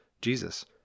Jesus